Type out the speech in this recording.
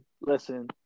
Listen